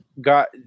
got